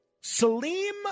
salim